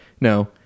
no